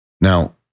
Now